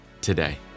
today